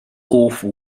awful